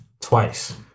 twice